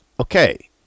Okay